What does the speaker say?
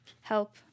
help